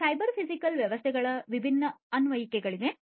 cyber physical ವ್ಯವಸ್ಥೆಗಳ ವಿಭಿನ್ನ ಅನ್ವಯಿಕೆಗಳಿವೆ